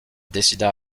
décida